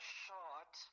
short